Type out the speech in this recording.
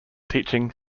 teaching